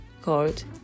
called